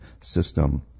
system